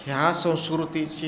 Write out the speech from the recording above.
ह्या संस्कृतीची